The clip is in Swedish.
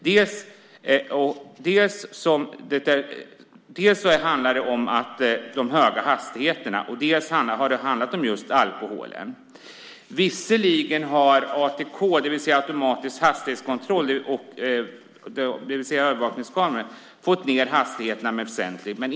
Det ena är de höga hastigheterna, och det andra är alkoholen. Automatisk hastighetskontroll, det vill säga övervakningskameror, har visserligen fått ned hastigheterna väsentligt.